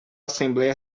assembléia